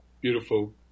beautiful